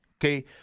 Okay